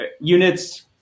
units